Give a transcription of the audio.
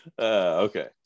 okay